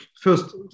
First